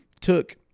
took